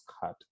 cut